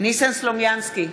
ניסן סלומינסקי,